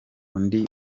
undi